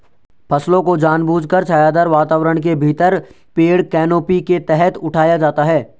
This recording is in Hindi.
फसलों को जानबूझकर छायादार वातावरण के भीतर पेड़ कैनोपी के तहत उठाया जाता है